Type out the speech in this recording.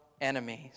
enemies